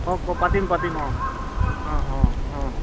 কওক আকৌ পাতিম পাতিম অঁ অঁ অঁ অঁ